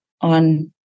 on